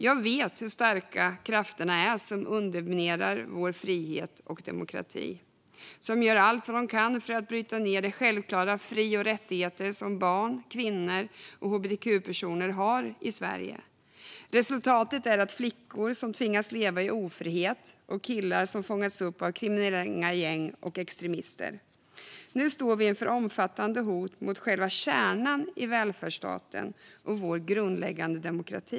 Jag vet hur starka de krafter som underminerar vår frihet och demokrati är. De gör allt vad de kan för att bryta ned de självklara fri och rättigheter som barn, kvinnor och hbtq-personer har i Sverige. Resultatet är flickor som tvingas leva i ofrihet och killar som fångats upp av kriminella gäng och extremister. Nu står vi inför omfattande hot mot själva kärnan i välfärdsstaten och vår grundläggande demokrati.